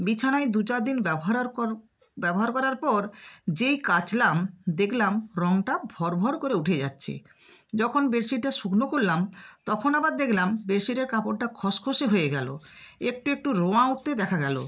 বিছানায় দু চার দিন ব্যবহারার কর ব্যবহার করার পর যেই কাচলাম দেখলাম রঙটা ভর ভর করে উঠে যাচ্ছে যখন বেডশিটটা শুকনো করলাম তখন আবার দেখলাম বেডশিটের কাপড়টা খসখসে হয়ে গেলো একটু একটু রোঁয়া উঠতে দেখা গেলো